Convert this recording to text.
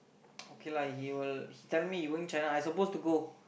okay lah he will he tell me he going China I suppose to go